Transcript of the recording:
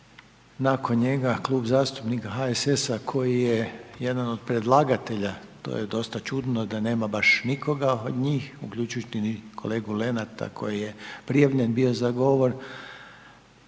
Nakon njega Klub zastupnika HSS koji je jedan od predlagatelja, to je dosta čudno da nema baš nikoga od njih uključujući i kolegu Lenarta koji je prijavljen bio za govor,